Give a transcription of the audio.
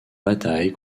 bataille